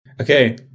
Okay